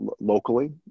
locally